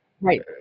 Right